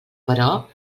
però